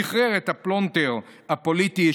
שחרר את הפלונטר הפוליטי.